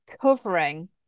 covering